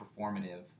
performative